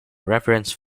reference